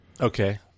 Okay